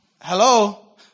Hello